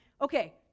okay